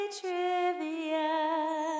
Trivia